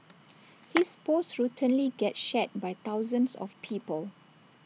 his posts routinely get shared by thousands of people